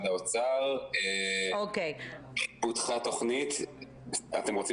--- במסגרת תכנית שהוגשה